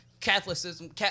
catholicism